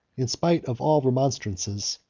in spite of all remonstrances,